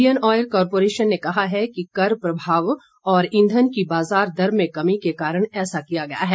Indian Oil Corporation ने कहा है कि कर प्रभाव और ईंधन की बाजार दर में कमी के कारण ऐसा किया गया है